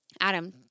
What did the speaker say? Adam